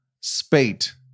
spate